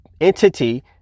entity